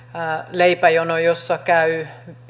leipäjono jossa käy